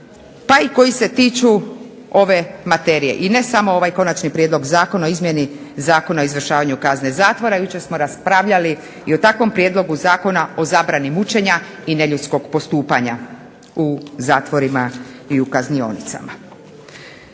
pa i koji se tiču ove materije, ne samo ovaj Konačni prijedlog zakona o izmjeni zakona o izvršavanju kazne zatvora, jučer smo raspravljali o jednom takvom Zakona o zabrani mučenja i neljudskog postupanja u zatvorima i u kaznionicama.